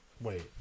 Wait